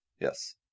yes